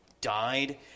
died